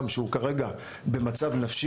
מוחזק על ידי אדם שהוא כרגע במצב נפשי,